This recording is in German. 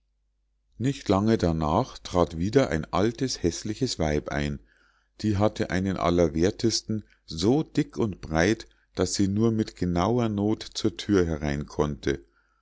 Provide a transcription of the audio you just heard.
nicht lange darnach trat wieder ein altes häßliches weib ein die hatte einen allerwerthesten so dick und so breit daß sie nur mit genauer noth zur thür herein konnte